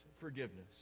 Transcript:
forgiveness